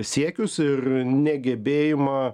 siekius ir negebėjimą